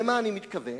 למה אני מתכוון?